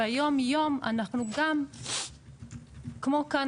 ביום-יום אנחנו כמו כאן,